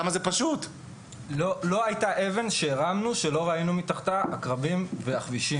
לא הייתה אבן שהרמנו שלא ראינו מתחתיה עקרבים ועכבישים.